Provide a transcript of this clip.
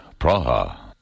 Praha